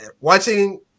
watching